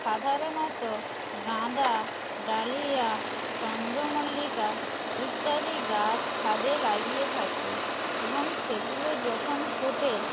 সাধারণত গাঁদা ডালিয়া চন্দ্রমল্লিকা ইত্যাদি গাছ ছাদে লাগিয়ে থাকি এবং সেগুলো যখন ফোটে